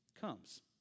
comes